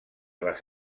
les